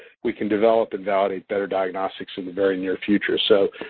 we can develop and validate better diagnostics in the very near future. so,